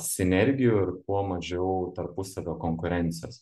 sinergijų ir kuo mažiau tarpusavio konkurencijos